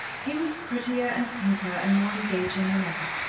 he was prettier and pinker and more engaging than ever,